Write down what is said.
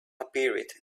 appeared